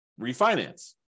refinance